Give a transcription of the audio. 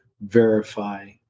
verify